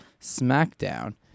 SmackDown